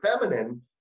feminine